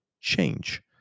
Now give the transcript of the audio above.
change